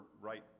right